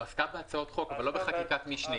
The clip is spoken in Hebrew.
בהצעות חוק, לא בחקיקת משנה.